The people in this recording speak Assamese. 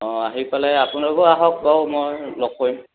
অঁ আহি পালে আপোনালোকো আহক বাৰু মই লগ কৰিম